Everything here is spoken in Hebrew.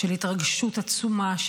של התרגשות עצומה.